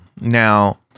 Now